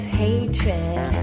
hatred